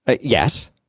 Yes